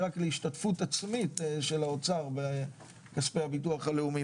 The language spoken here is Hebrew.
רק להשתתפות עצמית של האוצר בכספי הביטוח הלאומי,